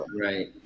Right